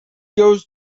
goes